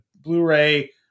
Blu-ray